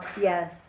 Yes